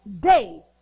day